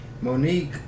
Monique